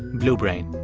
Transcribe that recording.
blue brain